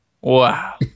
Wow